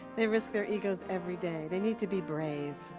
they risk their egos every day. they need to be brave.